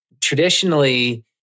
Traditionally